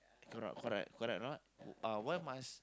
correct correct correct or not uh uh why must